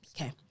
Okay